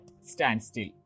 standstill